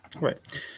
Right